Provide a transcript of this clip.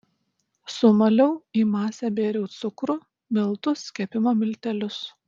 sumaliau į masę bėriau cukrų miltus kepimo miltelius